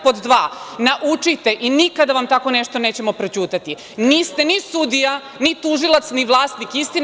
Pod dva, naučite i nikada vam tako nešto nećemo prećutati, jer niste ni sudija, ni tužilac, ni vlasnik istina.